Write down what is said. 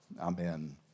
Amen